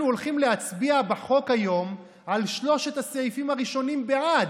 אנחנו הולכים להצביע היום על שלושת הסעיפים הראשונים בחוק בעד.